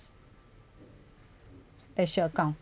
special account